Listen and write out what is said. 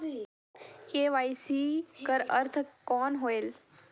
KYC कर अर्थ कौन होएल?